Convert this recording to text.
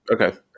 Okay